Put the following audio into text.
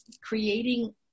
creating